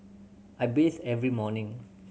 I bathe every morning